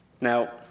Now